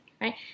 right